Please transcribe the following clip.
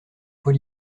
fois